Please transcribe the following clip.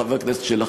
חבר כנסת שלח,